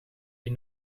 die